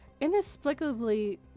Inexplicably